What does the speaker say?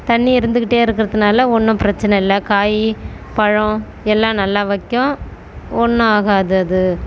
தண்ணி இருந்துக்கிட்டே இருக்கறதுனால் ஒன்றும் பிரச்சனை இல்லை காய் பழம் எல்லாம் நல்லா வைக்கும் ஒன்றும் ஆகாது அது